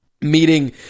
Meeting